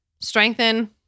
strengthen